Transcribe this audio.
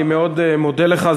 אני מאוד מודה לך.